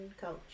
culture